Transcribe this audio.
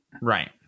Right